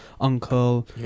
uncle